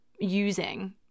using